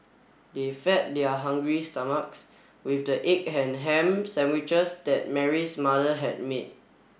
they fed their hungry stomachs with the egg and ham sandwiches that Mary's mother had made